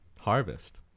Harvest